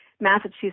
Massachusetts